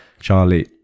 Charlie